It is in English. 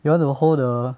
you want to hold the